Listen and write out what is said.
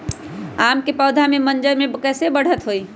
आम क पौधा म मजर म कैसे बढ़त होई?